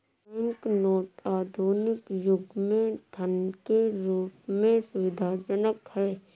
bank note आधुनिक युग में धन के रूप में सुविधाजनक हैं